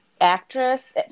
actress